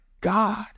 God